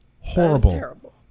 Horrible